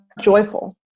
joyful